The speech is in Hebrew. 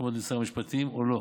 אדוני שר המשפטים, או לא.